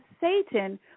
Satan